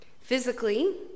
Physically